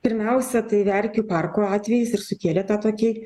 pirmiausia tai verkių parko atvejis ir sukelė tą tokį